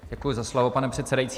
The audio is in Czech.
Děkuji za slovo, pane předsedající.